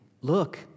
Look